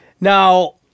Now